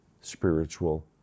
spiritual